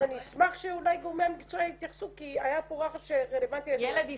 אני אשמח שאולי גורמי המקצוע יתייחסו כי היה פה רחש --- ילד ישראלי,